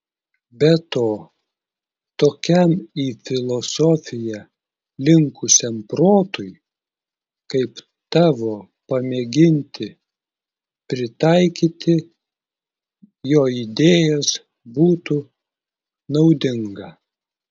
be to tokiam į filosofiją linkusiam protui kaip tavo pamėginti pritaikyti jo idėjas būtų naudinga